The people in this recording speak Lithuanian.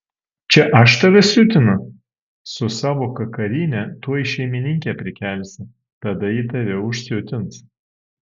čia aš tave siutinu su savo kakarine tuoj šeimininkę prikelsi tada ji tave užsiutins